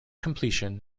completion